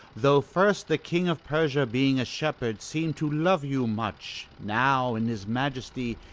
though first the king of persia, being a shepherd, seem'd to love you much, now, in his majesty,